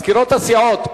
מזכירות הסיעות,